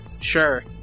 sure